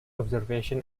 observation